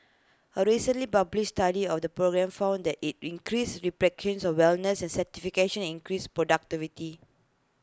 A recently published study of the program found that IT increased of wellness and satisfaction increased productivity